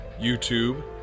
YouTube